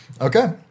Okay